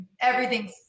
everything's